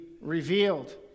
revealed